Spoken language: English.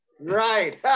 right